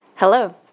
Hello